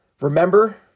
Remember